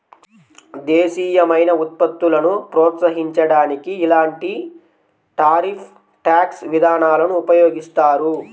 దేశీయమైన ఉత్పత్తులను ప్రోత్సహించడానికి ఇలాంటి టారిఫ్ ట్యాక్స్ విధానాలను ఉపయోగిస్తారు